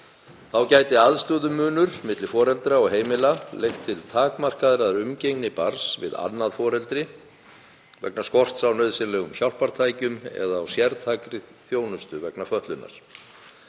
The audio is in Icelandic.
Þá gæti aðstöðumunur milli foreldra og heimila leitt til takmarkaðrar umgengni barns við annað foreldri vegna skorts á nauðsynlegum hjálpartækjum eða á sértækri þjónustu vegna fötlunar.